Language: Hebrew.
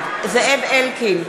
אלקין,